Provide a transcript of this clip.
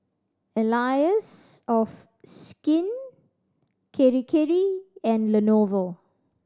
Allies of Skin Kirei Kirei and Lenovo